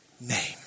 name